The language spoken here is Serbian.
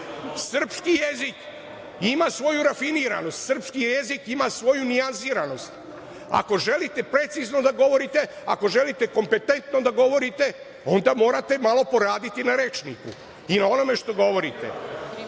Srpski jezik ima svoju rafiniranost, srpski jezik ima svoju nijansiranost. Ako želite precizno da govorite, ako želite kompetentno da govorite, onda morate malo poraditi na rečniku i na onome što govorite. Ne